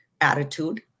attitude